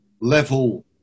level